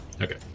Okay